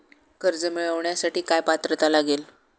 कर्ज मिळवण्यासाठी काय पात्रता लागेल?